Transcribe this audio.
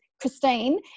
christine